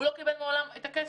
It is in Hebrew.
הוא לא קיבל מעולם את הכסף.